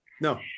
no